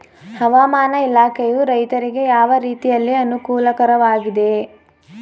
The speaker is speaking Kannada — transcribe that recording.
ಹವಾಮಾನ ಇಲಾಖೆಯು ರೈತರಿಗೆ ಯಾವ ರೀತಿಯಲ್ಲಿ ಅನುಕೂಲಕರವಾಗಿದೆ?